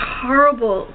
horrible